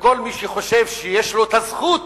וכל מי שחושב שיש לו זכות